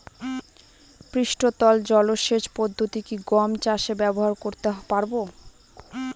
পৃষ্ঠতল জলসেচ পদ্ধতি কি গম চাষে ব্যবহার করতে পারব?